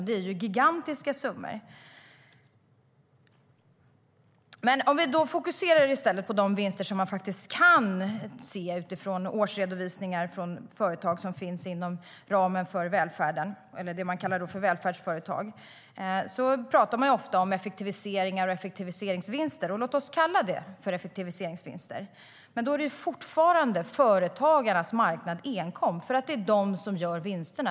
Det är gigantiska summor. Låt oss fokusera på de vinster som vi faktiskt kan se utifrån årsredovisningar från välfärdsföretag. Man pratar ofta om effektiviseringar och effektiviseringsvinster. Låt oss kalla det för effektiviseringsvinster.